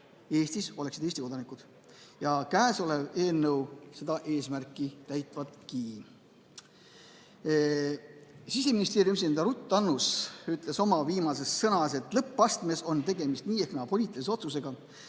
Eestis, oleksid Eesti kodanikud, ja eelnõu seda eesmärki täidabki. Siseministeeriumi esindaja Ruth Annus ütles oma viimases sõnas, et lõppastmes on tegemist nii või naa poliitilise otsusega,